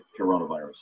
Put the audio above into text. coronavirus